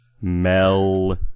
Mel